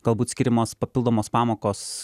galbūt skiriamos papildomos pamokos